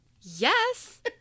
Yes